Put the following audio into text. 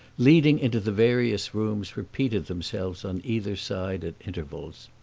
leading into the various rooms, repeated themselves on either side at intervals.